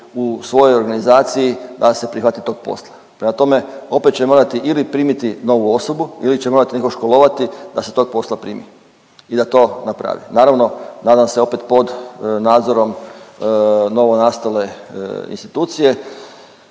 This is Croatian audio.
u svojoj organizaciji da se prihvati tog posla. Prema tome, opet će morati ili primiti novu osobu ili će morati nekog školovati da se tog posla primi i da to napravi. Naravno, nadam se opet pod nadzorom novo nastale institucije